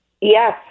yes